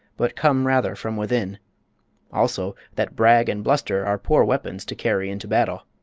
but come rather from within also that brag and bluster are poor weapons to carry into battle.